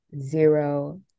zero